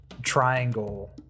triangle